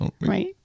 Right